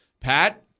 Pat